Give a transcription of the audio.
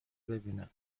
ببینن